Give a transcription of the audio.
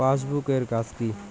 Passbook এর কাজ কি?